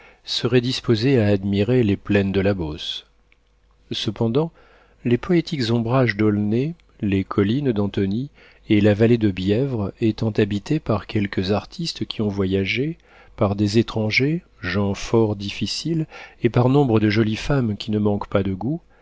seraient disposés à admirer les plaines de la beauce cependant les poétiques ombrages d'aulnay les collines d'antony et la vallée de bièvre étant habités par quelques artistes qui ont voyagé par des étrangers gens fort difficiles et par nombre de jolies femmes qui ne manquent pas de goût